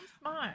smart